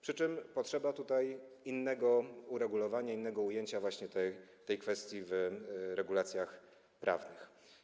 Przy czym potrzeba tutaj innego uregulowania, innego ujęcia tej kwestii w regulacjach prawnych.